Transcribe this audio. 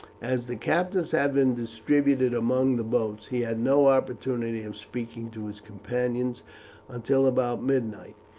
as the captives had been distributed among the boats, he had no opportunity of speaking to his companions until, about midnight,